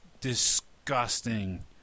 disgusting